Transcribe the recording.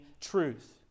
truth